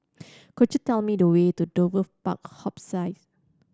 could you tell me the way to Dover Park Hospice